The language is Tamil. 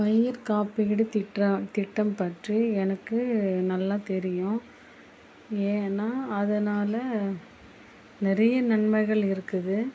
பயிர் காப்பீடு திட்டம் திட்டம் பற்றி எனக்கு நல்லா தெரியும் ஏன்னா அதனால் நிறைய நன்மைகள் இருக்குது